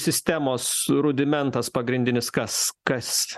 sistemos rudimentas pagrindinis kas kas